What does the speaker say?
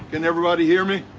can everybody hear me?